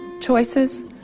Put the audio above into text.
Choices